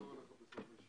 אני מתכבד לפתוח את